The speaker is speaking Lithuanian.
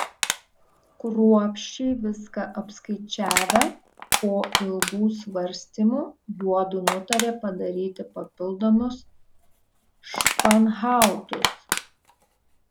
kruopščiai viską apskaičiavę po ilgų svarstymų juodu nutarė padaryti papildomus španhautus